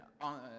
on